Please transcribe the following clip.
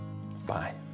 Bye